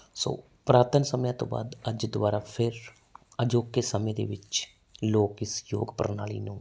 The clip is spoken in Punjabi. ਸੋ ਪੁਰਾਤਨ ਸਮਿਆਂ ਤੋਂ ਬਾਅਦ ਅੱਜ ਦੁਬਾਰਾ ਫਿਰ ਅਜੋਕੇ ਸਮੇਂ ਦੇ ਵਿੱਚ ਲੋਕ ਇਸ ਯੋਗ ਪ੍ਰਣਾਲੀ ਨੂੰ